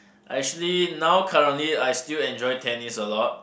I actually now currently I still enjoy tennis a lot